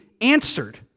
answered